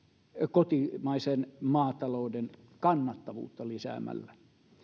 kotimaisen maatalouden kannattavuutta lisäämällä